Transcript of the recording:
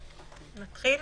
נתחיל.